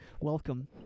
Welcome